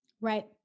Right